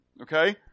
okay